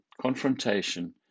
confrontation